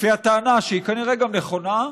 לפי הטענה, שהיא כנראה גם נכונה,